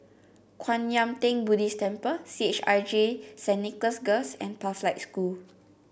Kwan Yam Theng Buddhist Temple C H I J Saint Nicholas Girls and Pathlight School